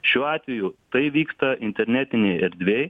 šiuo atveju tai vyksta internetinėj erdvėj